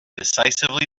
decisively